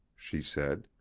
she said.